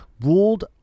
ruled